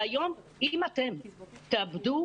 אם תאבדו